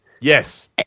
Yes